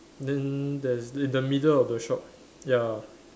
then there is this the middle of the shop ya